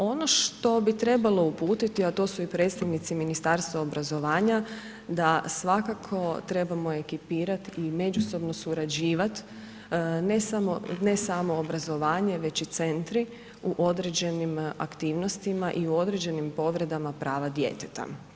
Ono što bi trebalo uputiti a tu su i predstavnici Ministarstva obrazovanja da svakako trebamo ekipirati i međusobno surađivat ne samo obrazovanje već i centri u određenim aktivnostima i u određenim povredama prava djeteta.